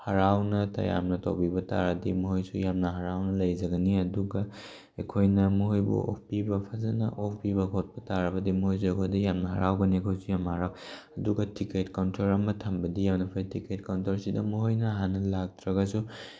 ꯍꯔꯥꯎꯅ ꯇꯌꯥꯝꯅ ꯇꯧꯕꯤꯕ ꯇꯥꯔꯗꯤ ꯃꯈꯣꯏꯁꯨ ꯌꯥꯝꯅ ꯍꯔꯥꯎꯅ ꯂꯩꯖꯒꯅꯤ ꯑꯗꯨꯒ ꯑꯩꯈꯣꯏꯅ ꯃꯈꯣꯏꯕꯨ ꯑꯣꯛꯄꯤꯕ ꯐꯖꯅ ꯑꯣꯛꯄꯤꯕ ꯈꯣꯠꯄꯤꯕ ꯇꯥꯔꯕꯗꯤ ꯃꯈꯣꯏꯁꯨ ꯑꯩꯈꯣꯏꯗ ꯌꯥꯝꯅ ꯍꯔꯥꯎꯒꯅꯤ ꯑꯩꯈꯣꯏꯁꯨ ꯌꯥꯝ ꯍꯔꯥꯎ ꯑꯗꯨꯒ ꯇꯤꯀꯦꯠ ꯀꯥꯎꯟꯇꯔ ꯑꯃ ꯊꯝꯕꯗꯤ ꯌꯥꯝꯅ ꯐꯩ ꯇꯤꯀꯦꯠ ꯀꯥꯎꯟꯇꯔ ꯑꯁꯤꯗ ꯃꯈꯣꯏꯅ ꯍꯥꯟꯅ ꯂꯥꯛꯇ꯭ꯔꯒꯁꯨ